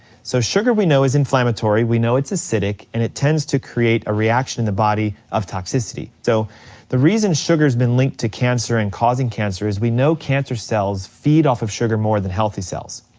so sugar we know is inflammatory, we know it's acidic, and it tends to create a reaction in the body of toxicity. so the reason sugar's been linked to cancer and causing cancer, is we know cancer cells feed off of sugar more than healthy cells.